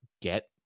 get